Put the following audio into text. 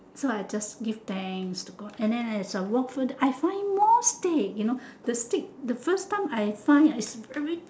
so I just give thanks to god and then as I walk further I find more stick you know the stick you know the first time I find it's very